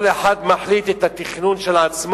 כל אחד מחליט את התכנון של עצמו,